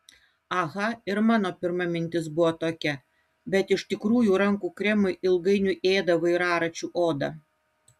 aha ir mano pirma mintis buvo tokia bet iš tikrųjų rankų kremai ilgainiui ėda vairaračių odą